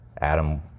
Adam